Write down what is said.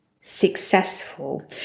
successful